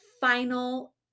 final